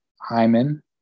Hyman